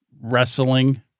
wrestling